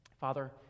Father